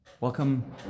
welcome